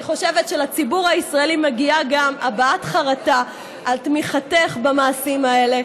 אני חושבת שלציבור הישראלי מגיעה גם הבעת חרטה על תמיכתך במעשים האלה,